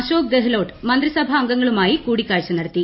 അശോക് ഗെഹ്ലോട്ട് മന്ത്രിസഭാംഗങ്ങളുമായി കൂടിക്കാഴ്ച നടത്തി